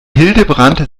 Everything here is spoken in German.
hildebrand